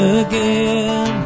again